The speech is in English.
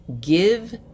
give